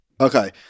Okay